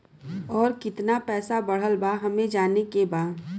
और कितना पैसा बढ़ल बा हमे जाने के बा?